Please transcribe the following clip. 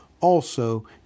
Also